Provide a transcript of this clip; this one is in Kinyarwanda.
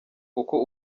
kuko